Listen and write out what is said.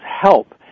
help